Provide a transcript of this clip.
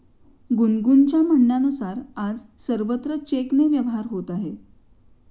गुनगुनच्या म्हणण्यानुसार, आज सर्वत्र चेकने व्यवहार होत आहे